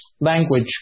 language